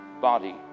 body